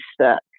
stuck